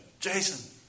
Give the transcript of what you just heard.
Jason